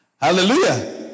Hallelujah